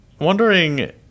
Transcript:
wondering